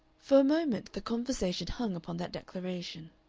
for a moment the conversation hung upon that declaration.